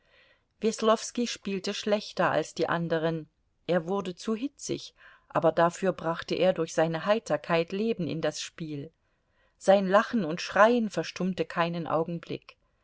weslowski spielte schlechter als die anderen er wurde zu hitzig aber dafür brachte er durch seine heiterkeit leben in das spiel sein lachen und schreien verstummte keinen augenblick